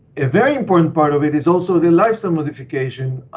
a very important part of it is also the lifestyle modification